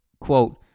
Quote